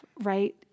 right